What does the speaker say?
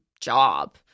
job